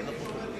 נתקבל.